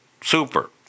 Super